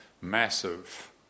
massive